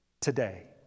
today